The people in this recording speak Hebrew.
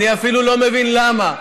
אני אפילו לא מבין למה.